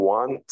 one